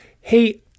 Hey